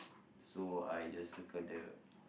so I just circle the